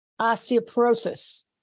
osteoporosis